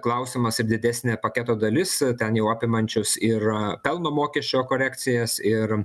klausimas ir didesnė paketo dalis ten jau apimančios ir pelno mokesčio korekcijas ir